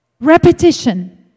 Repetition